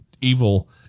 evil